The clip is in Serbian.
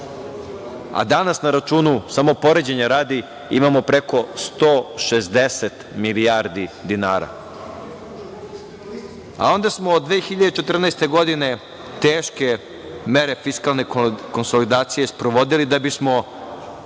to. Danas na računu, samo poređenja radi, imamo preko 160 milijardi dinara. Onda smo, 2014. godine, teške mere fiskalne konsolidacije sprovodili da bismo